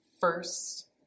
first